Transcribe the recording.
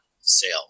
sale